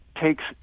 takes